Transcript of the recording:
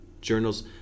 journals